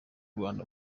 rwanda